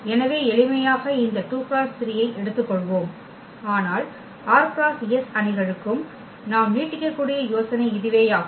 எனவே எளிமையாக இந்த 2×3 ஐ எடுத்துக்கொள்வோம் ஆனால் r×s அணிகளுக்கும் நாம் நீட்டிக்கக்கூடிய யோசனை இதுவேயாகும்